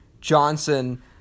Johnson